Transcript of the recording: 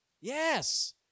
Yes